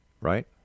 right